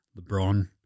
LeBron